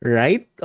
right